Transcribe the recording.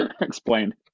Explain